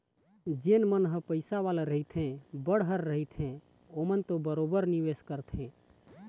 जेन मन ह पइसा वाले रहिथे बड़हर रहिथे ओमन तो बरोबर निवेस करथे